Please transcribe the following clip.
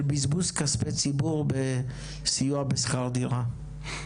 של בזבוז כספי ציבור בסיוע בשכר דירה,